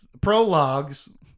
prologues